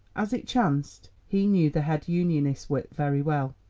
as it chanced he knew the head unionist whip very well.